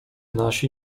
nasi